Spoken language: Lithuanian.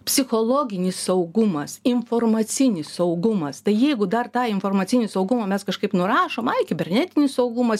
psichologinis saugumas informacinis saugumas tai jeigu dar tą informacinį saugumą mes kažkaip nurašom ai kibernetinis saugumas